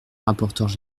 rapporteure